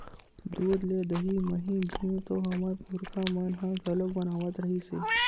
दूद ले दही, मही, घींव तो हमर पुरखा मन ह घलोक बनावत रिहिस हे